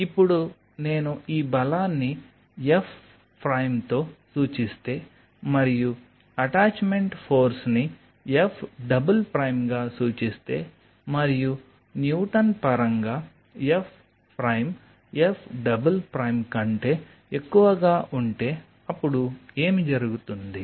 ఇప్పుడు నేను ఈ బలాన్ని ఎఫ్ ప్రైమ్తో సూచిస్తే మరియు అటాచ్మెంట్ ఫోర్స్ని ఎఫ్ డబుల్ ప్రైమ్గా సూచిస్తే మరియు న్యూటన్ పరంగా F prime F double prime కంటే ఎక్కువగా ఉంటే అప్పుడు ఏమి జరుగుతుంది